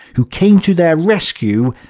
who came to their rescue,